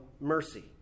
mercy